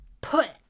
put